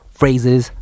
phrases